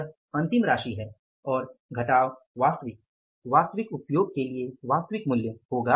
यह अंतिम राशि है और घटाव वास्तविक वास्तविक उपयोग के लिए वास्तविक मूल्य होगा